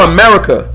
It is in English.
America